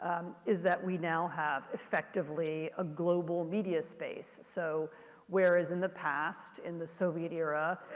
is that we now have effectively a global media space. so whereas in the past, in the soviet era,